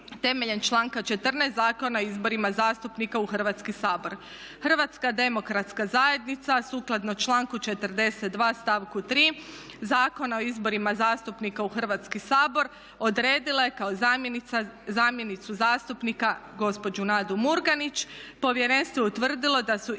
temeljem članka 14. Zakona o izborima zastupnika u Hrvatski sabor. Hrvatska demokratska zajednica sukladno članku 42. stavku 3. Zakona o izborima zastupnika u Hrvatski sabor odredila je kao zamjenicu zastupnika gospođu Nadu Murganić. Povjerenstvo je utvrdilo da su ispunjeni